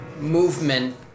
movement